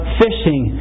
fishing